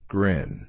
Grin